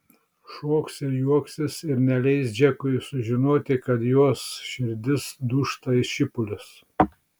šoks ir juoksis ir neleis džekui sužinoti kad jos širdis dūžta į šipulius